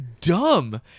dumb